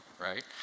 right